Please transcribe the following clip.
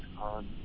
on